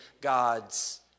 God's